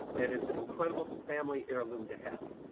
and it's an incredible family heirloom to have.